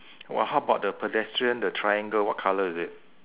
wha~ how about the pedestrian the triangle what colour is it